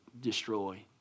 destroy